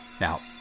Now